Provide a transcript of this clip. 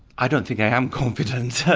i don't think i am confident,